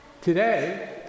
today